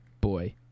boy